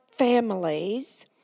Families